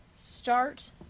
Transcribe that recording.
start